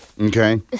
Okay